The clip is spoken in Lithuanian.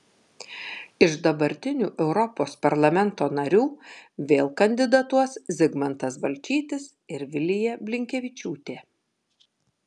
iš dabartinių europos parlamento narių vėl kandidatuos zigmantas balčytis ir vilija blinkevičiūtė